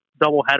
doubleheader